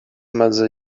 mother